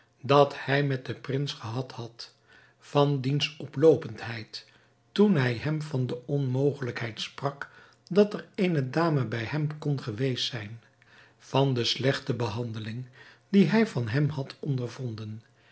dat hij met den prins gehad had van diens oploopendheid toen hij hem van de onmogelijkheid sprak dat er eene dame bij hem kon geweest zijn van de slechte behandeling die hij van hem had ondervonden